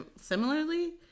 similarly